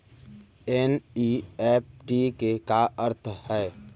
NEFT के का अर्थ है?